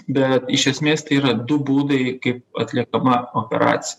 bet iš esmės tai yra du būdai kaip atliekama operacija